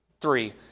three